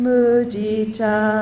Mudita